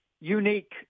unique